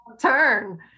turn